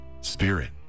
Spirit